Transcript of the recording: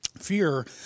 fear